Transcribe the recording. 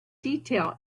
detail